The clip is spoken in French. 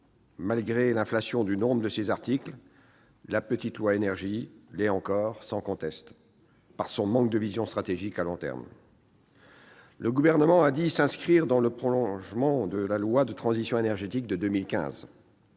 malgré l'inflation du nombre de ses articles, la « petite loi énergie » l'est encore, sans conteste, par son manque de vision stratégique à long terme. C'est sûr ! Le Gouvernement a dit s'inscrire dans le prolongement de la loi de transition énergétique de 2015,